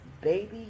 baby